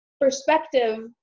perspective